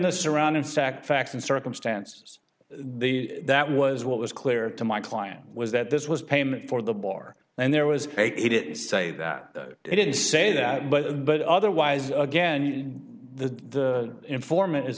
a surrounding stacked facts and circumstances the that was what was clear to my client was that this was payment for the bar and there was it it say that they didn't say that but but otherwise again and the informant is